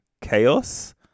chaos